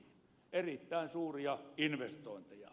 erittäin suuria investointeja